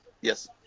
Yes